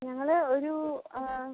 ഞങ്ങൾ ഒരു